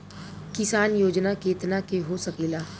किसान योजना कितना के हो सकेला?